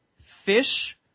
fish